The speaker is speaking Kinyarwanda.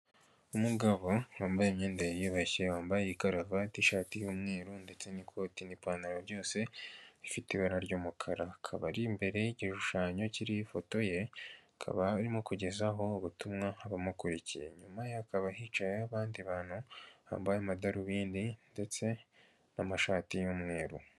Umugabo wambaye imyenda yiyubashye wambaye karuvati ishati y'umweru ndetse n'ikoti n'ipantaro byose ifite ibara ry'umukara akaba ari imbere y'igishushanyo kiriho ifoto ye akaba arimo kugeza aho ubutumwa abumukurikiye inyuye haba hicayeyo abandi bantu bambaye amadarubindi ndetse n'amashati y'umweru.